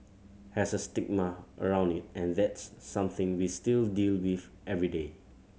has a stigma around it and that's something we still deal with every day